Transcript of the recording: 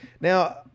Now